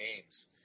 games